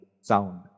sound